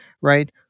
right